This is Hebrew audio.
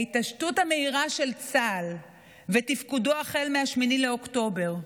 ההתעשתות המהירה של צה"ל ותפקודו החל מ-8 באוקטובר,